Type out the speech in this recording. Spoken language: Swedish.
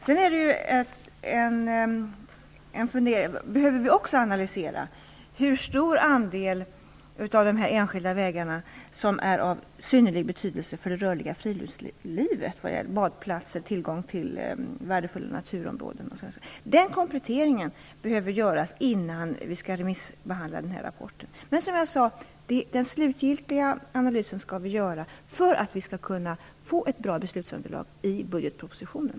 Vi behöver också analysera hur stor andel av de enskilda vägarna som är av synnerlig betydelse för det rörliga friluftslivet - badplatser, tillgång till värdefulla naturområden osv. Den kompletteringen behöver göras innan vi skall remissbehandla rapporten. Vi skall som sagt göra en slutgiltig analys för att vi skall kunna få ett bra beslutsunderlag för budgetpropositionen.